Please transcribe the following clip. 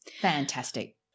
Fantastic